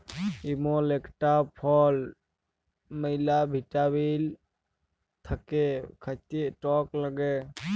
ইমল ইকটা ফল ম্যালা ভিটামিল থাক্যে খাতে টক লাগ্যে